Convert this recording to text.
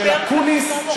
של ז'בוטינסקי,